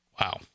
wow